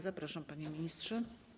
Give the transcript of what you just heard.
Zapraszam, panie ministrze.